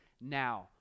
now